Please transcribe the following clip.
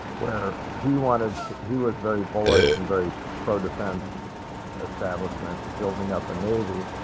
where he wanted he was very bullish and very pro-defense establishment, and building up a navy.